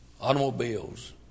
automobiles